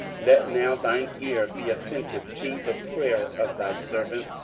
let now thine ear be attentive to the prayer of thy servant,